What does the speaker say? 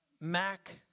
Mac